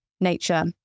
nature